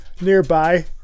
nearby